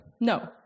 No